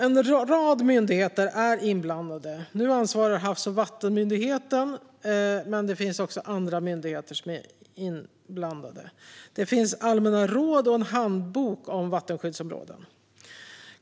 En rad myndigheter är inblandade. Nu ansvarar Havs och vattenmyndigheten för frågan, men det finns också andra myndigheter som är inblandade. Det finns allmänna råd och en handbok om vattenskyddsområden.